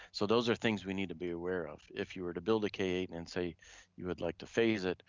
so those are things we need to be aware of. if you were to build a k eight and say you would like to phase it,